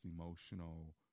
emotional